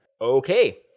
Okay